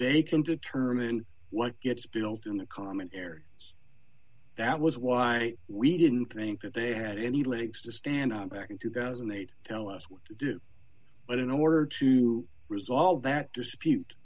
they can determine what gets built in the commentary that was why we didn't think that they had any legs to stand on back in two thousand and eight tell us what to do but in order to resolve that dispute